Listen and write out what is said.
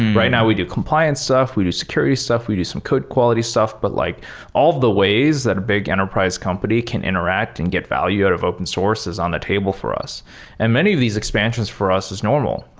right now we do compliance stuff. we do security stuff. we do some code quality stuff, but like all of the ways that a big enterprise company can interact and get value out of open source is on the table for us and many of these expansions for us is normal.